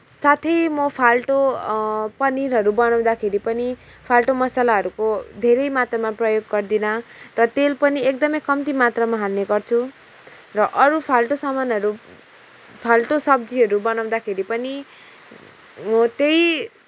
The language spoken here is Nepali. साथै म फाल्टु पनिरहरू बनाउँदाखेरि पनि फाल्टो मसलाहरूको धेरै मात्रामा प्रयोग गर्दिनँ र तेल पनि एकदमै कम्ती मात्रामा हाल्ने गर्छु र अरू फाल्टु सामानहरू फाल्टु सब्जीहरू बनाउँदाखेरि पनि हो त्यही